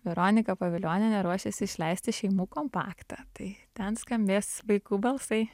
veronika povilionienė ruošėsi išleisti šeimų kompaktą tai ten skambės vaikų balsai